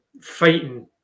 fighting